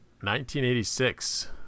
1986